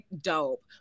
dope